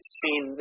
seen